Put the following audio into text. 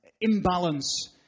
imbalance